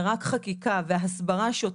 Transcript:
ורק חקיקה והסברה שוטפת,